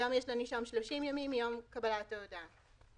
היום יש לנישום 30 ימים מיום קבלת ההודעה.